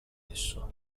esso